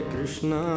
Krishna